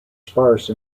sparse